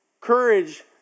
Courage